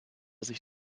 sich